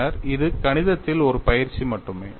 பின்னர் இது கணிதத்தில் ஒரு பயிற்சி மட்டுமே